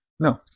No